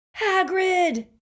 Hagrid